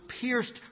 pierced